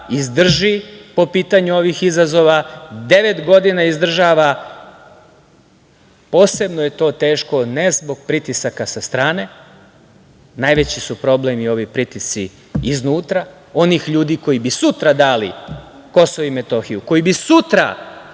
izdrži po pitanju ovih izazova. Devet godina izdržava. Posebno je to teško, ne zbog pritisaka sa strane. Najveći su problem i ovi pritisci iznutra, onih ljudi koji bi sutra dali Kosovo i Metohiju, koji bi sutra